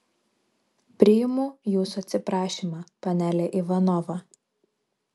priimu jūsų atsiprašymą panele ivanova